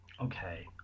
Okay